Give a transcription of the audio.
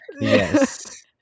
yes